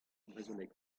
brezhoneg